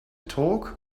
talk